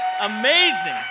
Amazing